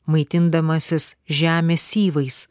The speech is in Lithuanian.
maitindamasis žemės syvais